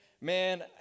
Man